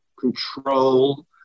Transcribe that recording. control